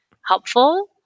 helpful